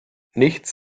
nichts